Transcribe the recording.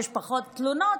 יש פחות תלונות.